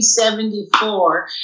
1974